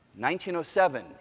1907